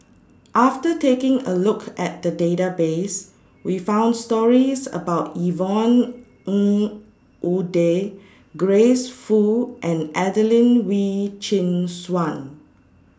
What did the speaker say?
after taking A Look At The Database We found stories about Yvonne Ng Uhde Grace Fu and Adelene Wee Chin Suan